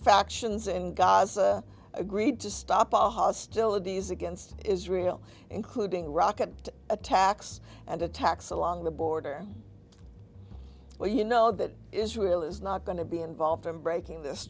factions in gaza agreed to stop all hostilities against israel including rocket attacks and attacks along the border or you know that israel is not going to be involved in breaking this